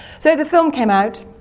so the film came out,